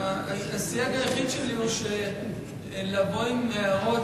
הסייג היחיד שלי הוא, שלבוא עם הערות